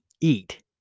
eat